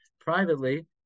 privately